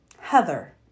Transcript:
Heather